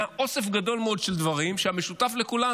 היה אוסף גדול של דברים שהמשותף לכולם